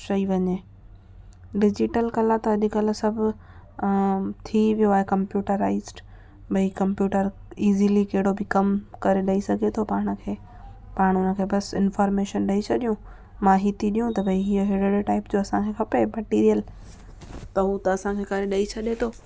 चई वञे डिजिटल कला त अॼकल्ह सब थी वियो आहे कंप्यूटराइज़्ड भई कंप्यूटर ईज़िली कहिड़ो बि कम करे ॾई सघे थो पाण खे पाण बसि इंफ़ोर्मेशन ॾई छॾियूं मां ई थी ॾियूं त भई हीअ हीअ अहिड़े अहिड़े टाइप जो असांखे खपे मटेरिअल त हू त असांखे करे ॾई छॾे थो